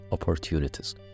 Opportunities